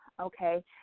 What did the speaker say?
okay